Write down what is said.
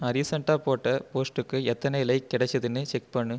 நான் ரீசண்ட்டாக போட்ட போஸ்ட்டுக்கு எத்தனை லைக் கிடைச்சதுனு செக் பண்ணு